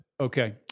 Okay